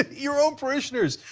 your own parishioners.